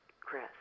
chris